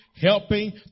helping